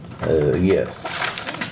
Yes